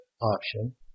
option